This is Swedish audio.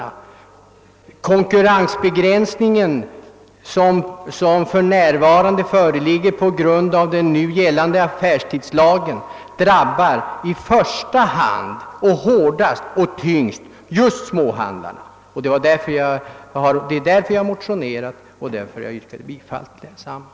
Den konkurrensbegränsning som föreligger på grund av den nu gällande affärstidslagen drabbar många kategorier affärsidkare, även småhandlarna. Det är därför jag har motionerat, och det är där för jag yrkar bifall till min motion.